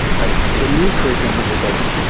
right? the new curr iculum that we're building,